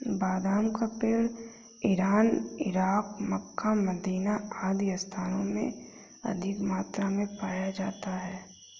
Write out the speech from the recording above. बादाम का पेड़ इरान, इराक, मक्का, मदीना आदि स्थानों में अधिक मात्रा में पाया जाता है